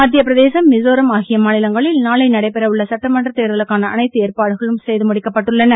மத்திய பிரதேசம் மிசோரம் ஆகிய மாநிலங்களில் நாளை நடைபெற உள்ள சட்டமன்றத் தேர்தலுக்கான அனைத்து ஏற்பாடுகளும் செய்து முடிக்கப்பட்டுள்ளன